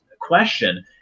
question